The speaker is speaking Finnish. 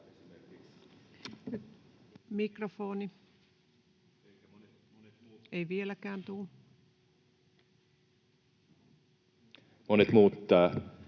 Mikrofoni. — Ei vieläkään tule. [Speech